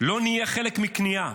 לא נהיה חלק מכניעה.